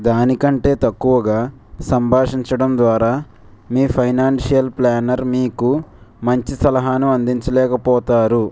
దానికంటే తక్కువగా సంభాషించడం ద్వారా మీ ఫైనాన్షియల్ ప్లానర్ మీకు మంచి సలహాను అందించలేకపోతారు